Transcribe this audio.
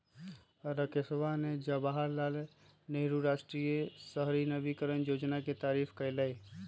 राकेशवा ने जवाहर लाल नेहरू राष्ट्रीय शहरी नवीकरण योजना के तारीफ कईलय